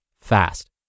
fast